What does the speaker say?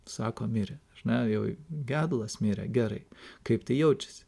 sako mirė na jau gedulas mirė gerai kaip tai jaučiasi